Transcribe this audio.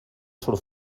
surt